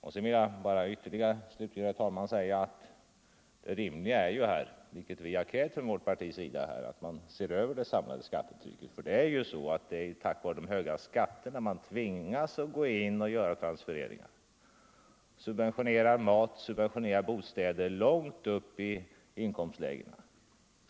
Slutligen, herr talman, vill jag understryka att det rimliga är — och det har vårt parti krävt — att se över det samlade skattetrycket. Det är ju på grund av de höga skatterna man tvingas göra transfereringar och subventionera mat och bostäder långt upp i inkomstlägena.